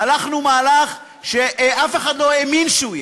הלכנו למהלך שאף אחד לא האמין שהוא יהיה.